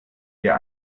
wir